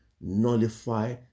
nullify